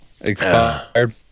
expired